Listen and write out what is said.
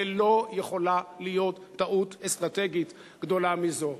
ולא יכולה להיות טעות אסטרטגית גדולה מזו.